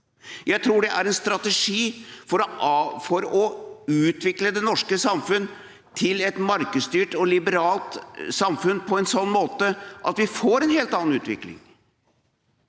Jeg tror det er en strategi for å utvikle det norske samfunn til et markedsstyrt og liberalt samfunn på en sånn måte at vi får en helt annen utvikling.